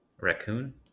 Raccoon